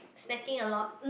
snacking a lot